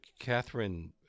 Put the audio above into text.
Catherine